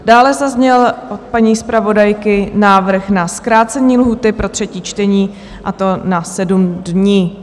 Dále zazněl od paní zpravodajky návrh na zkrácení lhůty pro třetí čtení, a to na 7 dní.